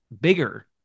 bigger